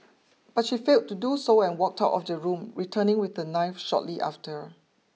but she failed to do so and walked out of the room returning with a knife shortly after